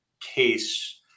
case